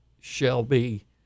Shelby